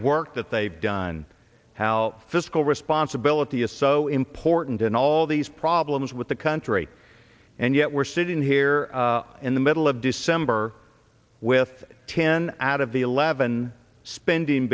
work that they've done how fiscal responsibility is so important and all these problems with the country and yet we're sitting here in the middle of december with ten out of the eleven spending